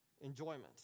Enjoyment